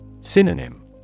Synonym